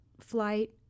flight